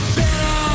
better